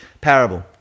parable